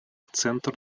центр